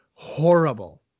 horrible